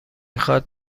خواد